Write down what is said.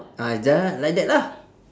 ah jangan like that lah